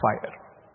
fire